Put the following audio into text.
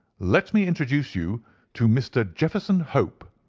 let me introduce you to mr. jefferson hope,